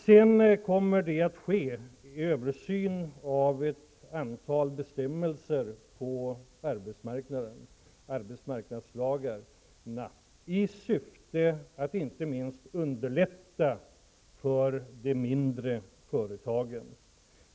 Sedan kommer det att ske en översyn av arbetsmarknadslagarna, inte minst i syfte att underlätta för de mindre företagen.